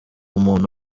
umuntu